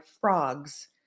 frogs